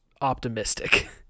optimistic